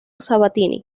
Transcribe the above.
sabatini